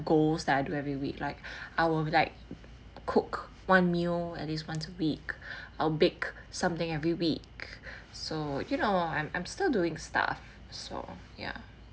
goals that I do every week like I will like cook one meal at least once a week I'll bake something every week so you know I'm I'm still doing stuff so ya